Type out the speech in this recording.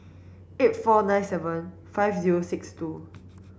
eight four nine seven five zero six two